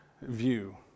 view